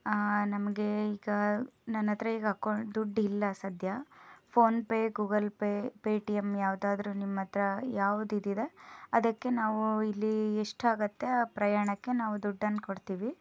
ನಮಗೆ ಈಗ ನನ್ನ ಹತ್ರ ಈಗ ಅಕೌ ದುಡ್ಡಿಲ್ಲ ಸದ್ಯ ಫೋನ್ಪೇ ಗೂಗಲ್ ಪೇ ಪೇಟಿಯಮ್ ಯಾವುದಾದ್ರೂ ನಿಮ್ಮ ಹತ್ರ ಯಾವ್ದಿದಿದೆ ಅದಕ್ಕೆ ನಾವು ಇಲ್ಲಿ ಎಷ್ಟಾಗುತ್ತೆ ಆ ಪ್ರಯಾಣಕ್ಕೆ ನಾವು ದುಡ್ಡನ್ನು ಕೊಡ್ತೀವಿ